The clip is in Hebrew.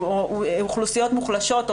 אוכלוסיות מוחלשות,